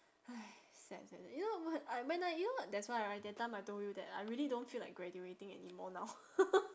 !hais! sad sad you know what I when I you know that's why right that time I told you that I really don't feel like graduating anymore now